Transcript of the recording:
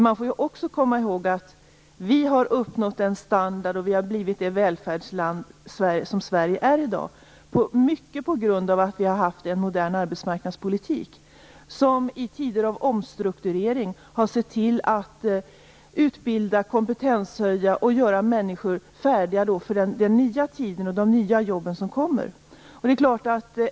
Man får ju också komma ihåg att vi har uppnått vår standard och att Sverige har blivit det välfärdsland det är i dag mycket på grund av att vi har haft en modern arbetsmarknadspolitik som i tider av omstrukturering har sett till att utbilda, kompetenshöja och göra människor färdiga för den nya tid och de nya jobb som kommer.